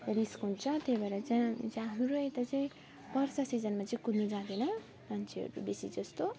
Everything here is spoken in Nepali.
रिस्क हुन्छ त्यही भएर चाहिँ अनि हाम्रो यता चाहिँ वर्षा सिजनमा चाहिँ कुद्नु जाँदैन मान्छेहरू बेसी जस्तो